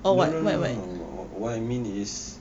no no no no no what I mean is